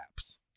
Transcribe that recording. apps